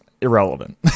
irrelevant